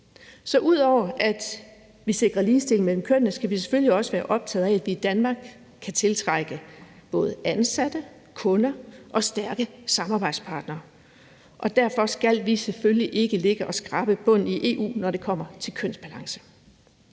Ud over at vi sikrer ligestilling mellem kønnene, skal vi selvfølgelig også være optaget af, at vi i Danmark kan tiltrække både ansatte, kunder og stærke samarbejdspartnere, og derfor skal vi selvfølgelig ikke ligge og skrabe bunden i EU, når det kommer til kønsbalance.